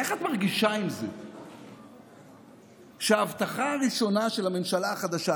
איך את מרגישה עם זה שההבטחה הראשונה של הממשלה החדשה,